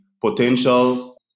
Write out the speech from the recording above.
potential